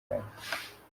y’umwana